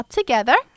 together